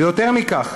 יותר מכך,